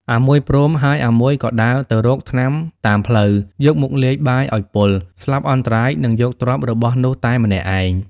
អាមួយព្រមហើយអាមួយក៏ដើរទៅរកថ្នាំតាមផ្លូវ យកមកលាយបាយឲ្យពុល ស្លាប់អន្តរាយ នឹងយកទ្រព្យរបស់នោះតែម្នាក់ឯង ។